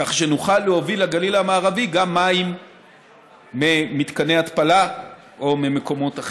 כך שנוכל להוביל לגליל המערבי גם מים ממתקני התפלה או ממקומות אחרים.